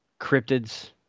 cryptids